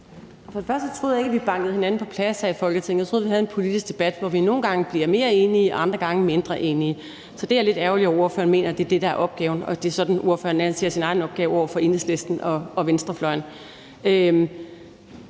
For det første troede jeg ikke, at vi bankede hinanden på plads her i Folketinget; jeg troede, vi havde en politisk debat, hvor vi nogle gange bliver mere enige, og andre gange bliver vi mindre enige. Så jeg er lidt ærgerlig over, at ordføreren mener, at det er det, der er opgaven, og at det er sådan, ordføreren ser sin egen opgave over for Enhedslisten og venstrefløjen.